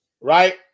Right